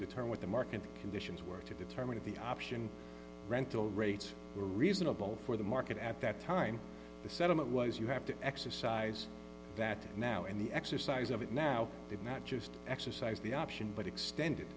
determine what the market conditions were to determine if the option rental rates were reasonable for the market at that time the settlement was you have to exercise that now and the exercise of it now did not just exercise the option but extended